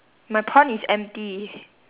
my pond is empty